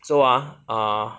so ah err